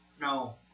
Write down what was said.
no